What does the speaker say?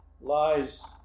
lies